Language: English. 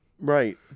Right